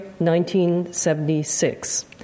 1976